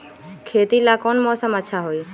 खेती ला कौन मौसम अच्छा होई?